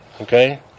Okay